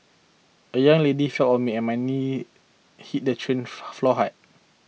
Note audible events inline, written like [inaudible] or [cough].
a young lady fell on me and my knee hit the train [unintelligible] floor hard